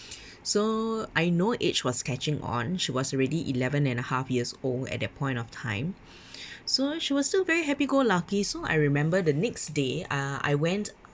so I know age was catching on she was already eleven and a half years old at that point of time so she was still very happy go lucky so I remember the next day uh I went